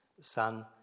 son